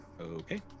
Okay